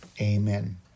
Amen